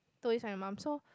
told this to my mum so